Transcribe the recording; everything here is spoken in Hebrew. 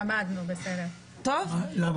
אוקיי, נבדוק את זה אם קרה משהו שלא עשינו.